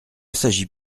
s’agit